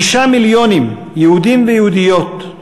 שישה מיליונים, יהודים ויהודיות,